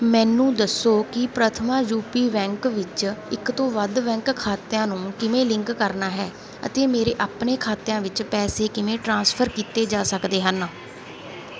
ਮੈਨੂੰ ਦੱਸੋ ਕਿ ਪ੍ਰਥਮਾ ਯੂਪੀ ਬੈਂਕ ਵਿੱਚ ਇੱਕ ਤੋਂ ਵੱਧ ਬੈਂਕ ਖਾਤਿਆਂ ਨੂੰ ਕਿਵੇਂ ਲਿੰਕ ਕਰਨਾ ਹੈ ਅਤੇ ਮੇਰੇ ਆਪਣੇ ਖਾਤਿਆਂ ਵਿੱਚ ਪੈਸੇ ਕਿਵੇਂ ਟ੍ਰਾਂਸਫਰ ਕੀਤੇ ਜਾ ਸਕਦੇ ਹਨ